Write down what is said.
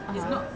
(uh huh)